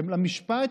למשפט,